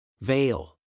Veil